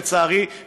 לצערי,